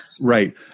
Right